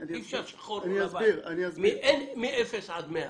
אין אפס עד מאה,